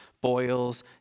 boils